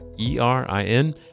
E-R-I-N